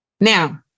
Now